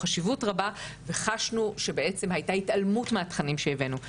חשיבות רבה וחשנו שבעצם הייתה התעלמות מהתכנים שהבאנו,